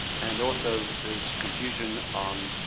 and also there's confusion on